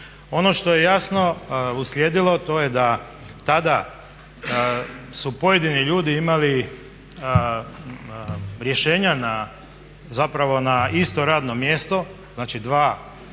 Ono što je jasno uslijedilo to je da tada su pojedini ljudi imali rješenja na zapravo isto radno mjesto, znači dva